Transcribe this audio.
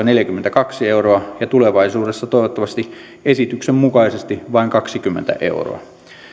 neljäkymmentäkaksi euroa ja tulevaisuudessa toivottavasti esityksen mukaisesti vain kaksikymmentä euroa